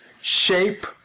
shape